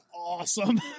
awesome